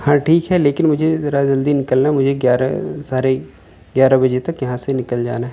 ہاں ٹھیک ہے لیکن مجھے ذرا جلدی نکلنا ہے مجھے گیارہ سارے گیارہ بجے تک یہاں سے نکل جانا ہے